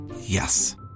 Yes